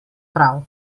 prav